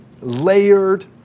layered